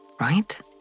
right